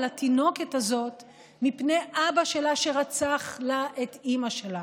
התינוקת הזאת מפני אבא שלה שרצח לה את אימא שלה.